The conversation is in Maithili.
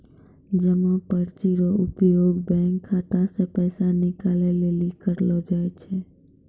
जमा पर्ची रो उपयोग बैंक खाता से पैसा निकाले लेली करलो जाय छै